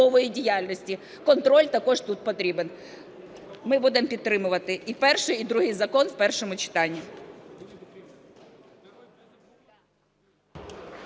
Контроль також тут потрібен. Ми будемо підтримувати і перший, і другий закон у першому читанні.